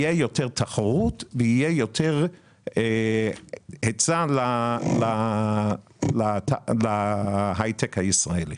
תהיה יותר תחרות ויהיה יותר היצע להייטק הישראלי.